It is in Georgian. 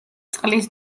წყლის